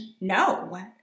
No